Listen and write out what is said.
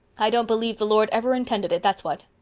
i don't believe the lord ever intended it, that's what.